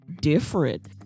different